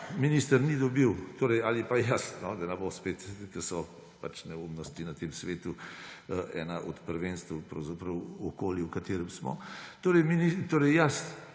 minister ni dobil – torej jaz, da ne bo spet … ker so pač neumnosti na tem svetu ena od prvenstev pravzaprav v okolju, v katerem smo. Torej jaz